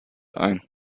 ein